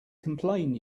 complain